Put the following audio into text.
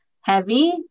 heavy